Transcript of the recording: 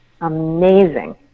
amazing